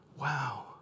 Wow